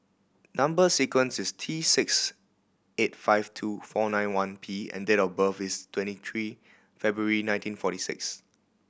number sequence is T six eight five two four nine one P and date of birth is twenty three February nineteen forty six